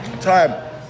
Time